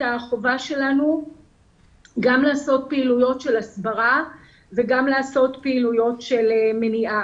החובה שלנו גם לעשות פעילויות של הסברה וגם לעשות פעילויות של מניעה.